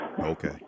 Okay